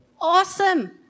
Awesome